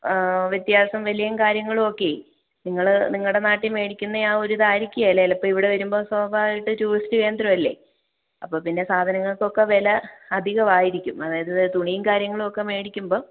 വ്യത്യാസം വിലയും കാര്യങ്ങളും ഒക്കെ നിങ്ങൾ നിങ്ങളുടെ നാട്ടിൽ മേടിക്കുന്ന ആ ഒരു ഇത് ആയിരിക്കില്ല ചിലപ്പം ഇവിടെ വരുമ്പോൾ സ്വാഭാവികമായിട്ട് ടൂറിസ്റ്റ് കേന്ദ്രമല്ലേ അപ്പോൾ പിന്നെ സാധനങ്ങൾക്ക് ഒക്കെ വില അധികമായിരിക്കും അതായത് തുണിയും കാര്യങ്ങളും ഒക്കെ മേടിക്കുമ്പം